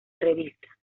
revista